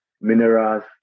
minerals